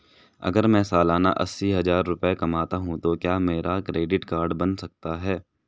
अगर मैं सालाना अस्सी हज़ार रुपये कमाता हूं तो क्या मेरा क्रेडिट कार्ड बन सकता है?